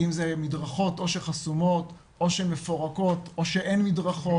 אם זה מדרכות חסומות או מפורקות או שאין מדרכות,